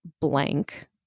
blank